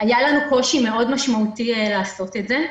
היה לנו קושי משמעותי לעשות את זה.